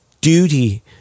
duty